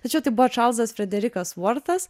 tačiau tai buvo čarlzas frederikas vortas